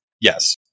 Yes